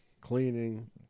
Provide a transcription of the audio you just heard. Cleaning